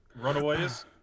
Runaways